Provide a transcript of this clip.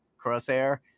Crosshair